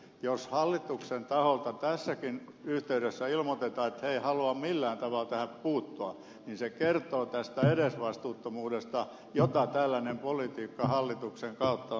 jos hallituksen taholta tässäkin yhteydessä ilmoitetaan että he eivät halua millään tavalla tähän puuttua niin se kertoo edesvastuuttomuudesta jota tällainen politiikka hallituksen kautta on edustanut